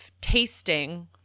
tasting